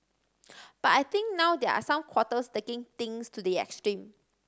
but I think now there are some quarters taking things to the extreme